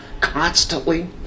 constantly